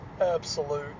absolute